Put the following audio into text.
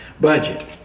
budget